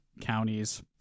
counties